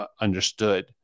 understood